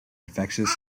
infectious